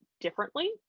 differently